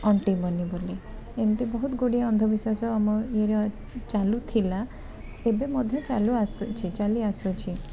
ଅଣ୍ଟିବନି ବୋଲି ଏମିତି ବହୁତ ଗୁଡ଼ିଏ ଅନ୍ଧବିଶ୍ଵାସ ଆମେ ଇଏରେ ଚାଲୁଥିଲା ଏବେ ମଧ୍ୟ ଚାଲୁ ଆସୁଛି ଚାଲି ଆସୁଛି